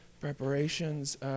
preparations